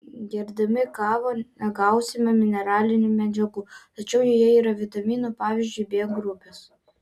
gerdami kavą negausime mineralinių medžiagų tačiau joje yra vitaminų pavyzdžiui b grupės